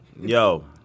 Yo